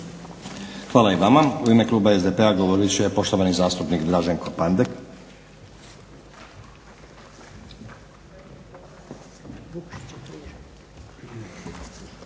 Hvala i vama. U ime kluba SDP-a govorit će poštovani zastupnik Draženko Pandek.